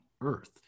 earth